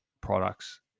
products